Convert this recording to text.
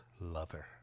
lover